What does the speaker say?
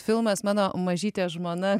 filmas mano mažytė žmona